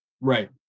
right